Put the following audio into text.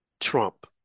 Trump